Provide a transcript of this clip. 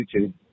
YouTube